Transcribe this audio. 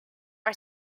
are